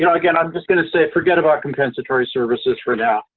you know again, i'm just going to say forget about compensatory services for now.